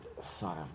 son